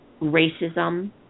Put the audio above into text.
racism